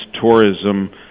tourism